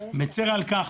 מצר על כך,